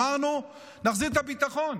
אמרנו: נחזיר את הביטחון.